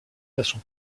façon